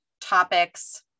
topics